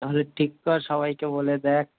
তাহলে ঠিক কর সবাইকে বলে দেখ